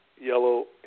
yellow